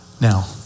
Now